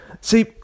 See